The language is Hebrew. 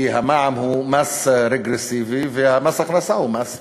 כי המע"מ הוא מס רגרסיבי ומס הכנסה הוא מס פרוגרסיבי,